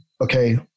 okay